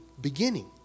beginning